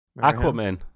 Aquaman